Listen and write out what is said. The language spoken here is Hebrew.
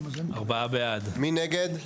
מי נגד?